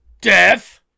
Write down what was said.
Death